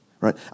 right